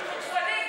חוצפנית.